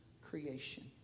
creation